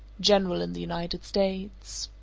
general in the united states.